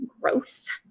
gross